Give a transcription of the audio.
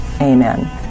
Amen